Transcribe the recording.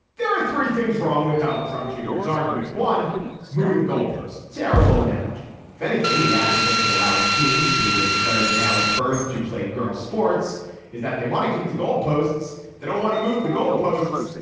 there are three things wrong with donald trump junior's argument one moving the goalposts terrible analogy if anything the advocates of allowing teens who were declared male at birth to play girl sports is that they want to keep the goalposts. they don't want to move the goalposts.